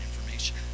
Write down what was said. information